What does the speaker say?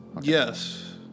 Yes